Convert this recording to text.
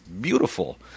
beautiful